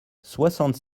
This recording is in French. soixante